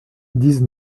dix